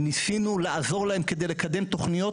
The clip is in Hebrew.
וכבר אז ניסינו לעזור להם כדי לקדם תוכניות